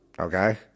okay